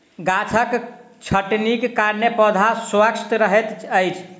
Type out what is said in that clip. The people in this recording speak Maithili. गाछक छटनीक कारणेँ पौधा स्वस्थ रहैत अछि